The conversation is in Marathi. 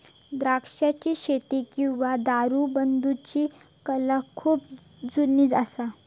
द्राक्षाची शेती किंवा दारू बनवुची कला खुप जुनी असा